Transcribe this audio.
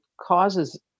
causes